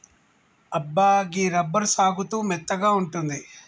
అబ్బా గీ రబ్బరు సాగుతూ మెత్తగా ఉంటుంది